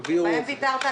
עליהם ויתרת.